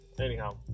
anyhow